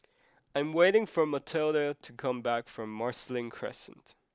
I am waiting for Matilde to come back from Marsiling Crescent